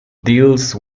deals